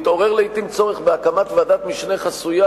מתעורר לעתים צורך בהקמת ועדת משנה חסויה